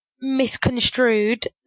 misconstrued